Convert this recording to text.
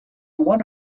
one